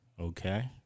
Okay